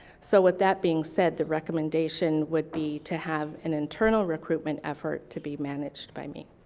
so with that being said, the recommendation would be to have an internal recruitment effort to be managed by me.